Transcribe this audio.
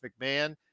McMahon